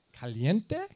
caliente